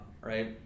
right